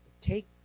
Take